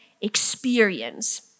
experience